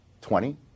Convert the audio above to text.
twenty